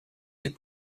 des